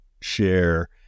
share